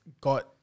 got